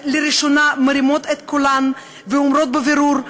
שלראשונה מרימות את קולן ואומרות בבירור: